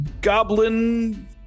Goblin